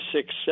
six